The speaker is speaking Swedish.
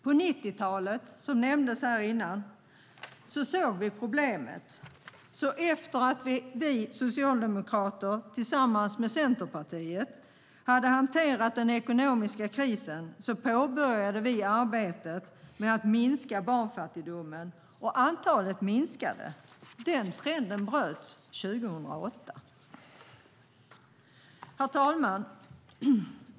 På 90-talet, som nämndes här, såg vi problemet. Efter att vi socialdemokrater tillsammans med Centerpartiet hade hanterat den ekonomiska krisen påbörjade vi arbetet med att minska barnfattigdomen. Och antalet minskade. Den trenden bröts 2008. Herr talman!